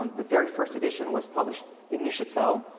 the very first edition was published in neuchatel.